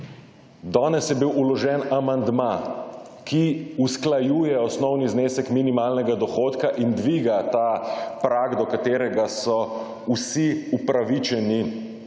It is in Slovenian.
Danes je bil vložen amandma, ki usklajuje osnovni znesek minimalnega dohodka in dviga ta prag, do katerega so vsi upravičeni